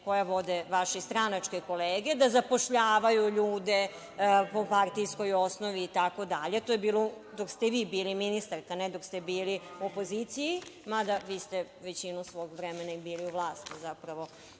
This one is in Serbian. koji vode vaši stranačke kolege da zapošljavaju ljude po partijskoj osnovi i tako dalje. To je bilo dok ste vi bila ministarka, a ne dok ste bili u opoziciji mada vi ste većinu svog vremena i bili u vlasti, zapravo